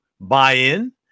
buy-in